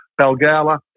Balgala